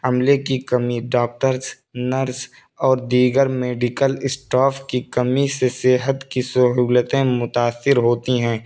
عملے کی کمی ڈاکٹرس نرس اور دیگر میڈیکل اسٹاف کی کمی سے صحت کی سہولتیں متاثر ہوتی ہیں